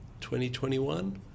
2021